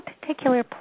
particular